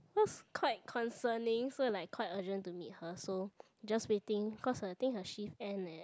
cause quite concerning so like quite urgent to meet her so just waiting cause uh I think her shift end at